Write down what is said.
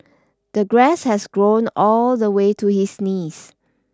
the grass has grown all the way to his knees